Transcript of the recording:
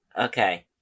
okay